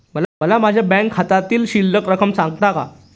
मला माझ्या बँक खात्यातील शिल्लक रक्कम सांगता का?